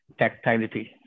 tactility